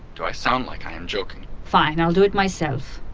do i sound like i am joking? fine, i'll do it myself